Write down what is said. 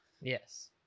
Yes